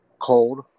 cold